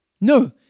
No